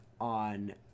on